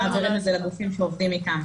מעבירים את זה לגופים שעובדים איתם.